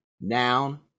noun